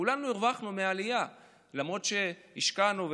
כולנו הרווחנו מהעלייה למרות שהשקענו,